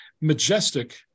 majestic